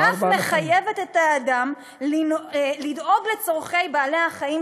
ואף מחייבת את האדם לדאוג לצורכי בעלי-החיים